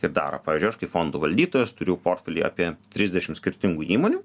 ir daro pavyzdžiui aš kaip fondo valdytojas turiu portfelyje apie trisdešimt skirtingų įmonių